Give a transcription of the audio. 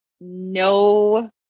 no